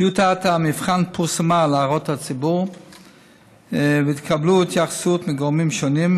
טיוטת המבחן פורסמה להערות ציבור והתקבלו התייחסויות מגורמים שונים,